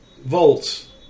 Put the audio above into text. volts